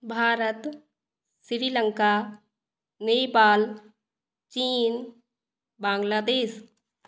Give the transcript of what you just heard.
Bharat Sri Lanka Nepal Cheen Bangladesh